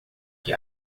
que